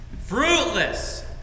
fruitless